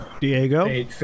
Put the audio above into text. Diego